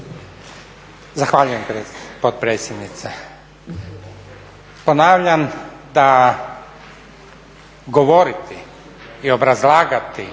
Zahvaljujem potpredsjednice. Ponavljam da govoriti i obrazlagati